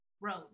road